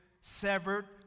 severed